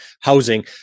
housing